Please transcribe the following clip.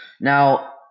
Now